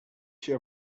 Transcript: się